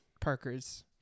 Parkers